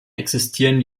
existieren